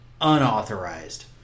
unauthorized